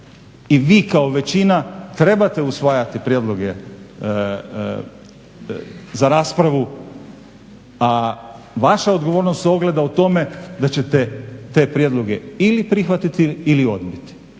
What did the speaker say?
i vi kao većina trebate usvajati prijedloge za raspravu, a vaša odgovornost se ogleda u tome da ćete te prijedloge ili prihvatiti ili odbiti.